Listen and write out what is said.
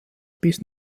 bis